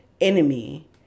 enemy